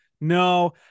no